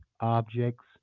objects